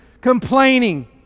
complaining